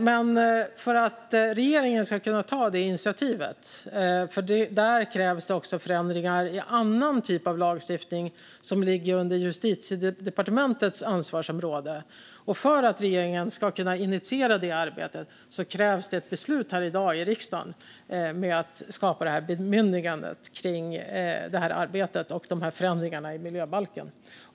Men för att regeringen ska kunna ta det initiativet krävs det också förändringar i annan typ av lagstiftning, som ligger under Justitiedepartementets ansvarsområde. För att regeringen ska kunna initiera detta arbete krävs det ett beslut här i riksdagen i dag om att skapa bemyndigandet kring det här arbetet och förändringarna i miljöbalken.